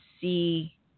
see